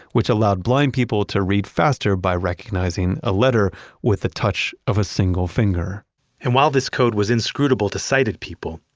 which allow blind people to read faster by recognizing a letter with a touch of a single finger and while this code was inscrutable to sighted people,